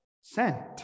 sent